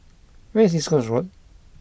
where is East Coast Road